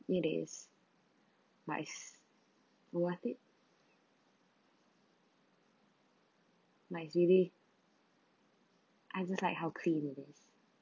it is nice worth it but it's really I just like how clean it is